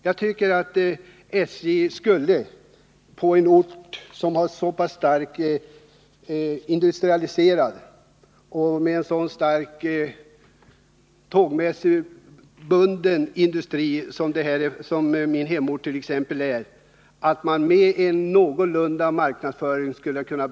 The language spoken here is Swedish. Jag tycker att SJ med någon form av marknadsföring skulle ha kunnat behålla den här servicen på orter som är lika starkt industrialiserade som t.ex. min hemort och som är så pass beroende av att tågförbindelser finns.